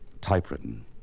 typewritten